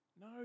No